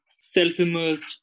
self-immersed